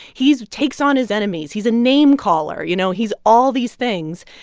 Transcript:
he's takes on his enemies. he's a name-caller, you know. he's all these things.